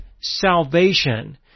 Salvation